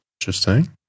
Interesting